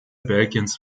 belgiens